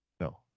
No